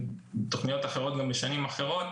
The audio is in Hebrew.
ובתוכניות אחרות גם בשנים אחרות